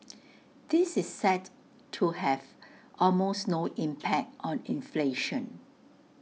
this is set to have almost no impact on inflation